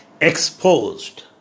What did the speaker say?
exposed